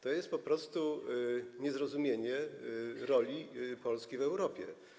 To jest po prostu niezrozumienie roli Polski w Europie.